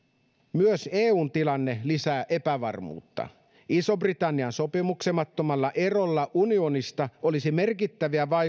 myös eun tilanne lisää epävarmuutta ison britannian sopimuksettomalla erolla unionista olisi merkittäviä